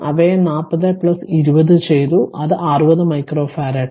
അവയെ 40 20 ചെയ്തു അതിനാൽ 60 മൈക്രോഫറാഡ്